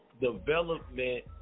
development